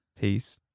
Peace